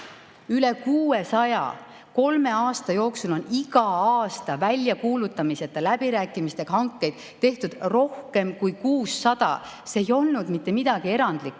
Üle 600! Kolme aasta jooksul on iga aasta väljakuulutamiseta läbirääkimistega hankeid tehtud rohkem kui 600. See ei olnud mitte midagi erandlikku.